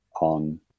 on